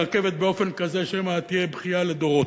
את הרכבת באופן כזה שמא תהיה בכייה לדורות.